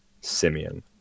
Simeon